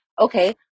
Okay